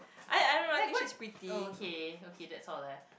like what okay okay that's all ah